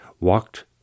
walked